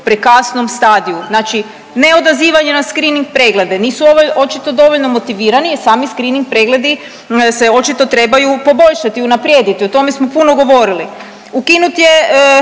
u prekasnom stadiju, znači ne odazivanje na screening preglede, nisu … očito dovoljno motivirani jer sami screening pregledi se očiti trebao poboljšati, unaprijediti o tome smo puno govorili. Ukinuto je